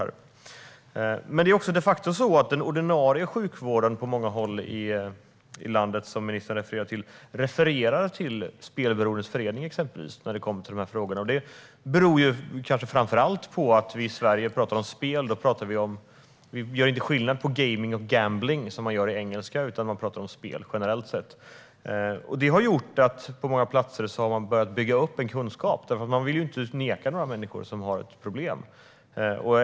Som ministern refererade till hänvisar den ordinarie sjukvården på många håll i landet de facto till exempelvis Spelberoendes Förening när det kommer till dessa frågor. Det beror kanske framför allt på att vi i Sverige inte gör skillnad på gaming och gambling, som man gör i engelska, utan vi pratar om spel generellt sett. Detta har gjort att man på många platser har börjat bygga upp en kunskap, för man vill ju inte neka människor som har ett problem.